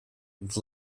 have